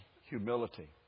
humility